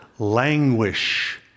Languish